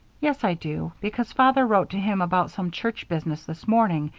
yes, i do, because father wrote to him about some church business this morning,